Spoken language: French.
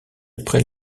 après